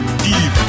deep